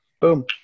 Boom